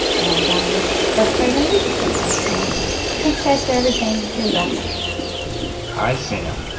and um it's the best part of my week so far. so thanks, guys, for everything. you're the best hi, sam.